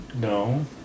No